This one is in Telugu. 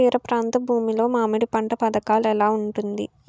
తీర ప్రాంత భూమి లో మామిడి పంట పథకాల ఎలా ఉంటుంది?